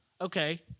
Okay